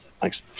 Thanks